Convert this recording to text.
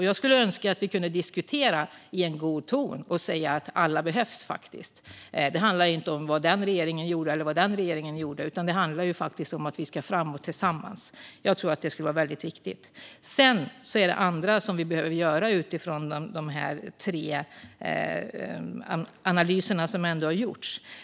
Jag skulle önska att vi kunde diskutera i en god ton och säga att alla behövs. Det handlar inte om vad den ena eller andra regeringen gjorde utan om att vi ska gå framåt tillsammans. Jag tror att det skulle vara väldigt viktigt. Sedan finns det annat vi behöver göra utifrån de tre analyser som gjorts.